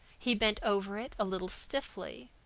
he bent over it a little stiffly.